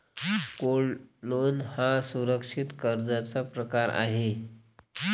gold loan हा सुरक्षित कर्जाचा प्रकार आहे